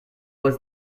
was